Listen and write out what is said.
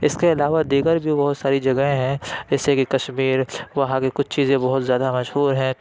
اِس کے علاوہ دیگر جو بہت ساری جگہیں ہیں جیسے کہ کشمیر وہاں کی کچھ چیزیں بہت زیادہ مشہور ہیں